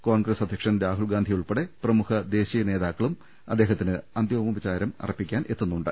കോൺഗ്രസ് അധ്യക്ഷൻ രാഹുൽ ഗാന്ധിയുൾപ്പെടെ പ്രമുഖ ദേശീയ നേതാക്കളും അദ്ദേഹത്തിന് അന്ത്യോപചാ രമർപ്പിക്കാൻ എത്തുന്നുണ്ട്